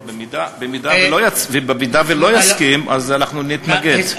אם הוא לא יסכים, אנחנו נתנגד.